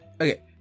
Okay